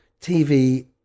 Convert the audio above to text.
TV